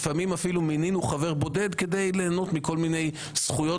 לפעמים אפילו מינינו חבר בודד כדי ליהנות מכל מיני זכויות